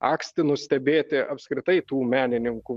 akstinu stebėti apskritai tų menininkų